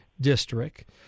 District